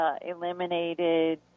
eliminated